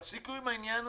תפסיקו עם העניין הזה.